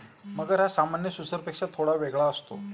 मगर हा सामान्य सुसरपेक्षा थोडा वेगळा असतो